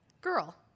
girl